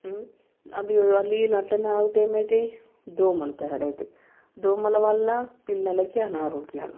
అవి ఆ నీళ్ళుఅట్లనే ఆగితే ఏమైతాయి దోమలు తయారైతై దోమల వల్ల పిల్లలకి అనారోగ్యాలు